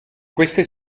queste